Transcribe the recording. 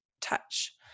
touch